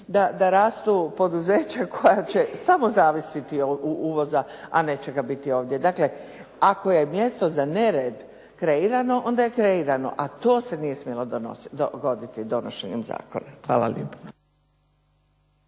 da rastu poduzeća koja će samo zavisiti od uvoza a neće ga biti ovdje. Dakle, ako je mjesto za nered kreirano onda je kreirano a to se nije smjelo dogoditi donošenjem zakona. Hvala lijepa.